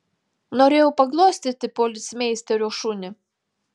norėjau paglostyti policmeisterio šunį